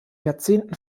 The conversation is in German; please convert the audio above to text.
jahrzehnten